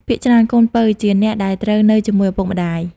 ភាគច្រើន កូនពៅ ជាអ្នកដែលត្រូវនៅជាមួយឪពុកម្តាយ។